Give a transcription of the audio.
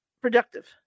productive